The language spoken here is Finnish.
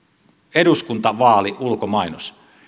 eduskuntavaaliulkomainos